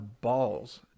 balls